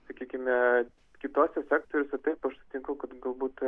sakykime kituose sektoriuose taip aš sutinku kad galbūt